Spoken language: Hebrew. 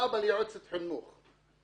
ואבא ליועצת חינוך.